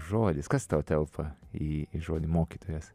žodis kas tau telpa į į žodį mokytojas